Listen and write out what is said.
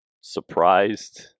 surprised